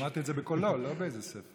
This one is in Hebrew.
שמעתי את זה בקולו, לא באיזה ספר.